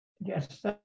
Yes